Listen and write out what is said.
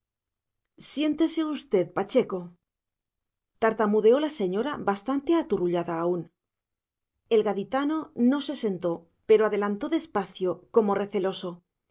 siéntese usted pacheco tartamudeó la señora bastante aturrullada aún el gaditano no se sentó pero adelantó despacio como receloso